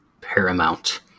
paramount